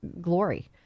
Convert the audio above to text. glory